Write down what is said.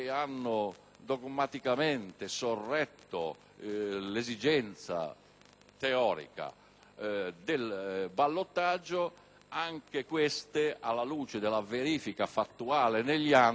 teorica del ballottaggio, alla luce della verifica fattuale negli anni, non hanno più particolari ragioni per esistere: